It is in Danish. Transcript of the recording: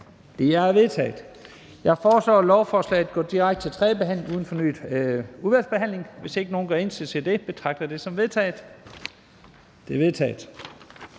De er vedtaget. Jeg foreslår, at lovforslaget går direkte til tredje behandling uden fornyet udvalgsbehandling. Hvis ingen gør indsigelse mod dette, betragter jeg det som vedtaget. Det er vedtaget.